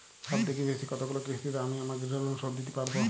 সবথেকে বেশী কতগুলো কিস্তিতে আমি আমার গৃহলোন শোধ দিতে পারব?